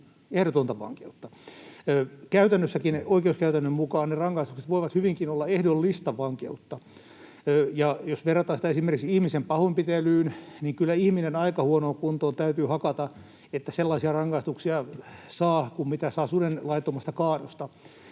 ehdotonta vankeutta. Käytännössä oikeuskäytännön mukaan ne rangaistukset voivat hyvinkin olla ehdollista vankeutta. Ja jos verrataan sitä esimerkiksi ihmisen pahoinpitelyyn, niin kyllä ihminen aika huonoon kuntoon täytyy hakata, että sellaisia rangaistuksia saa kuin mitä saa suden laittomasta kaadosta.